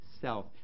self